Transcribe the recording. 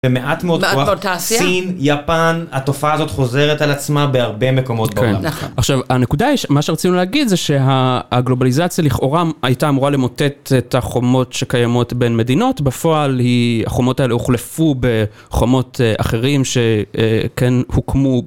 ומעט מאוד כוח, התעשייה, סין, יפן, התופעה הזאת חוזרת על עצמה בהרבה מקומות בעולם. כן, נכון. עכשיו הנקודה היא, מה שרצינו להגיד זה שהגלובליזציה לכאורה הייתה אמורה למוטט את החומות שקיימות בין מדינות, בפועל היא... החומות האלה הוחלפו בחומות אחרים שכן הוקמו.